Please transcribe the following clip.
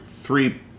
three